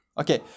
Okay